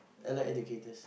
Allied-Educators